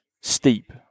steep